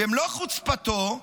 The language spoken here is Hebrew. במלוא חוצפתו,